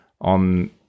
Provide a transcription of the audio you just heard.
on